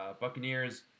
Buccaneers